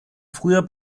früher